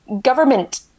government